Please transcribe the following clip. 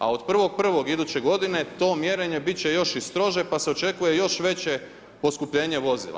A od 1.1. iduće godine to mjerenje bit će još i strože pa se očekuje još veće poskupljenje vozila.